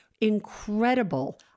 incredible